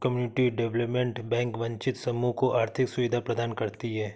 community development bank वंचित समूह को आर्थिक सुविधा प्रदान करती है